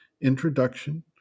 Introduction